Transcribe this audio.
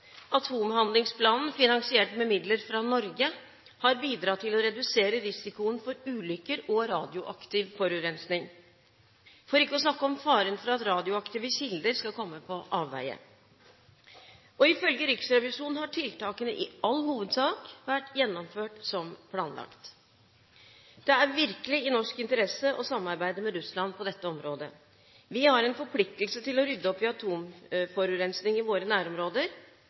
Atomhandlingsplanen, finansiert med midler fra Norge, har bidratt til å redusere risikoen for ulykker og radioaktiv forurensning, for ikke å snakke om faren for at radioaktive kilder skal komme på avveier. Ifølge Riksrevisjonen har tiltakene i all hovedsak vært gjennomført som planlagt. Det er virkelig i norsk interesse å samarbeide med Russland på dette området. Vi har en forpliktelse til å rydde opp i atomforurensning i våre nærområder.